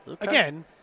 Again